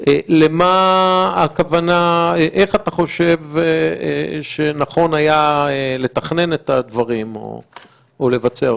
איך אתה חושב שנכון היה לתכנן את הדברים או לבצע אותם.